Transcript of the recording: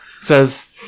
says